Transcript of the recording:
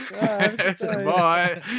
Bye